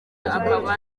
akaba